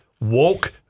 woke